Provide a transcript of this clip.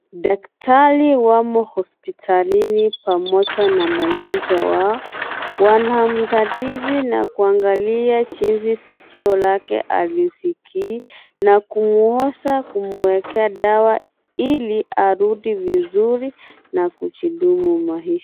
Daktari wamo hospitalini pamoja na mgojwa wao wanamdadisi na kuangalia jinsi sikio lake halisikii na kumwosha kumwekea dawa ili arudi vizuri na kujidumu maisha.